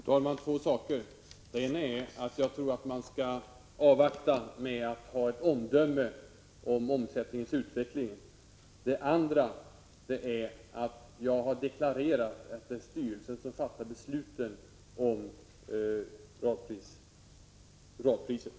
Fru talman! Två saker: Den ena är att man bör avvakta med att lämna ett omdöme om omsättningens utveckling. Den andra är att jag har deklarerat att det är styrelsen som fattar besluten om radpriset.